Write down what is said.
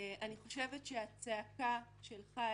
אני חושבת שהצעקה שלך,